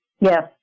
Yes